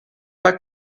pas